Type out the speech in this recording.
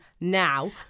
now